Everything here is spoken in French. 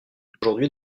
aujourd’hui